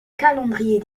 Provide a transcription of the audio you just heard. calendrier